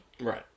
Right